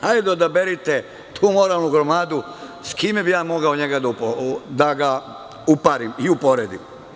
Hajde odaberite tu moralnu gromadu s kime bih ja mogao njega da ga uporedim.